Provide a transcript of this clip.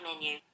menu